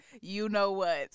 you-know-what